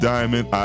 Diamond